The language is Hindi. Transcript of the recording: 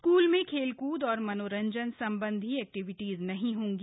स्कुल में खेलकुद और मनोरंजन संबंधी एक्टिविटीज नहीं होंगी